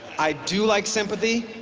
i do like sympathy.